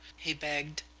he begged.